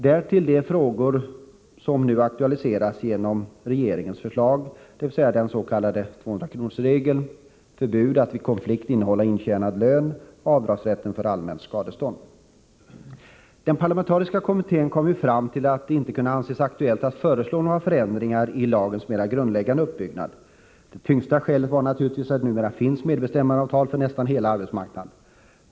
Därtill togs de frågor Onsdagen den upp som nu aktualiseras genom regeringens förslag, dvs. återinförandet av november 1984 den s.k. 200-kronorsregeln, förbudet att vid konflikt innehålla intjänad lön och rätten till avdrag för allmänna skadestånd. Den parlamentariska kommittén kom fram till att det inte kunde anses aktuellt att föreslå några förändringar i lagens mera grundläggande uppbyggnad. Det tyngsta skälet var naturligtvis att det numera finns medbestämmandeavtal för nästan hela arbetsmarknaden.